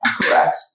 correct